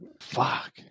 Fuck